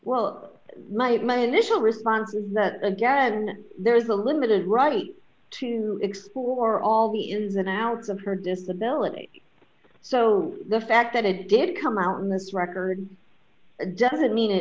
well my my initial response was that again there's a limited right to explore all the ins and outs of her disability so the fact that it didn't come out in this record doesn't mean it